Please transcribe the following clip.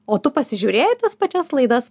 o tu pasižiūrėjai tas pačias laidas